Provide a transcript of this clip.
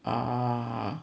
ah